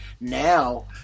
now